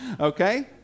Okay